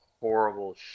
horrible